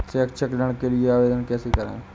शैक्षिक ऋण के लिए आवेदन कैसे करें?